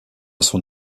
son